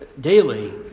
daily